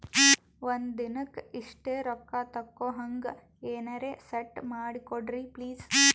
ಒಂದಿನಕ್ಕ ಇಷ್ಟೇ ರೊಕ್ಕ ತಕ್ಕೊಹಂಗ ಎನೆರೆ ಸೆಟ್ ಮಾಡಕೋಡ್ರಿ ಪ್ಲೀಜ್?